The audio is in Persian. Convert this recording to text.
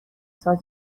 ساز